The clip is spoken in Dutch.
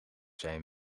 zijn